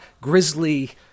grizzly